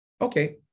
okay